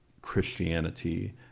Christianity